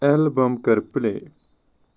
album کَر پٕلے